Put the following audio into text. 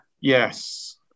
Yes